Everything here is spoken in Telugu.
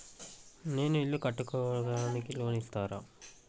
నేను ఇల్లు కట్టుకోనికి లోన్ ఇస్తరా?